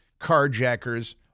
carjackers